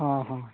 ᱚᱼᱦᱚ